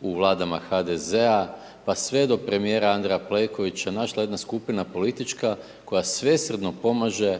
u Vladama HDZ-a pa sve do premijera Andreja Plenkovića našla jedna skupina politička koja svesrdno pomaže